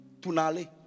tunale